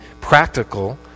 practical